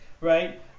right